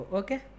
okay